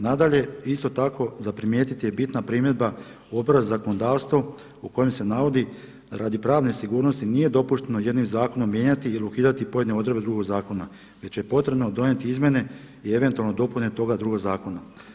Nadalje, isto tako za primijetiti je bitna primjedba Odbora za zakonodavstvo u kojem se navodi: Radi pravne sigurnosti nije dopušteno jednim zakonom mijenjati ili ukidati pojedine odredbe drugog zakona već je potrebno donijeti izmjene i eventualno dopune toga drugog zakona.